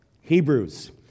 Hebrews